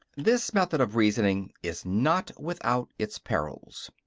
this method of reasoning is not without its perils.